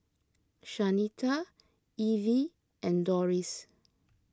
Shanita Evie and Doris